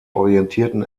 orientierten